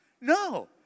No